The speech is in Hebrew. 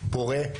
פורה,